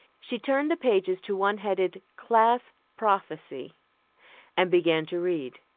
she turned the pages to one headed class prophecy and began to read.